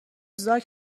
زاک